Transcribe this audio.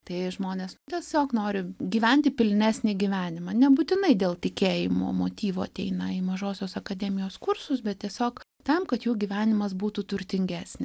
tai žmonės tiesiog nori gyventi pilnesnį gyvenimą nebūtinai dėl tikėjimo motyvų ateina į mažosios akademijos kursus bet tiesiog tam kad jų gyvenimas būtų turtingesnis